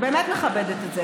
אני באמת מכבדת את זה,